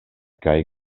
kaj